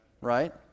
right